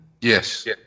Yes